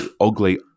ugly